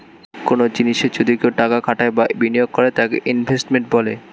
কনো জিনিসে যদি কেউ টাকা খাটায় বা বিনিয়োগ করে তাকে ইনভেস্টমেন্ট বলে